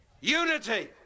unity